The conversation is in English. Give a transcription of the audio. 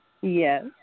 Yes